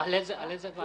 על איזה דיון?